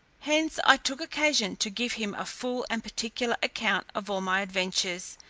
hence i took occasion to give him a full and particular account of all my adventures,